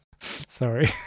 Sorry